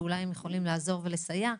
שאולי הם יכולים לעזור ולסייע,